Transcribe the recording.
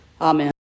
Amen